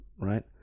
right